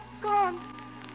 Gone